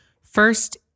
First